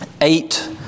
eight